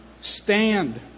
stand